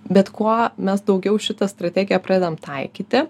bet kuo mes daugiau šitą strategiją pradedam taikyti